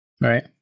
Right